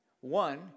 One